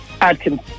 Adkins